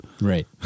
Right